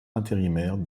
intérimaire